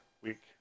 week